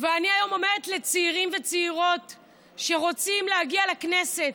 ואני היום אומרת לצעירים וצעירות שרוצים להגיע לכנסת: